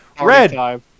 red